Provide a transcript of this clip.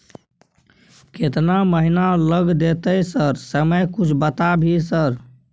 केतना महीना लग देतै सर समय कुछ बता भी सर?